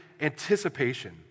anticipation